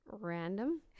Random